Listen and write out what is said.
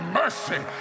mercy